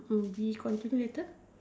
we contribute later